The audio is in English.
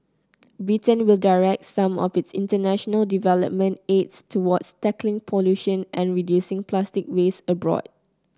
Britain will direct some of its international development aid towards tackling pollution and reducing plastic waste abroad